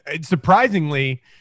Surprisingly